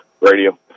Radio